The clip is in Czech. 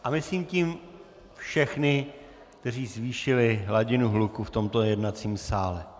A myslím tím všechny, kteří zvýšili hladinu hluku v tomto jednacím sále.